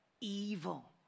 evil